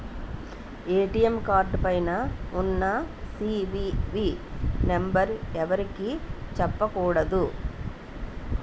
ATM card పైన ఉన్న CVV number ఎవరికీ చెప్పకూడదు